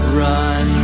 run